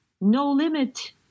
no-limit